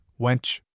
wench